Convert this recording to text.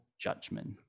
judgment